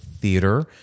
theater